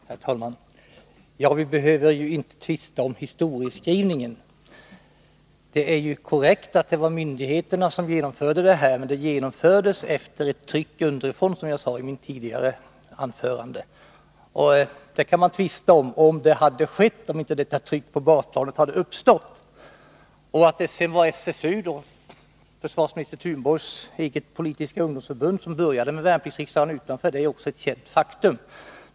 Herr talman! Vi behöver inte tvista om historieskrivningen. Det är korrekt att det var myndigheterna som genomförde värnpliktsriksdagen, men den genomfördes efter ett tryck underifrån, som jag sade i mitt tidigare anförande. Om det hade skett, såvida inte detta tryck hade uppstått på basplanet, kan man tvista om. Att det var SSU, försvarsminister Thunborgs eget politiska ungdomsförbund, som började ställa krav på värnpliktsriksdag är också ett känt faktum.